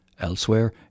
Elsewhere